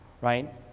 right